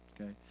okay